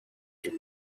your